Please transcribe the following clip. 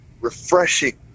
refreshing